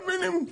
זה המינימום,